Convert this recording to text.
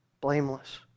Blameless